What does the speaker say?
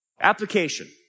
Application